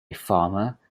farmer